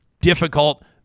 Difficult